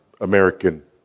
American